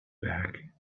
back